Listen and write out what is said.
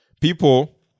People